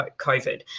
COVID